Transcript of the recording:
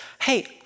hey